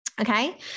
Okay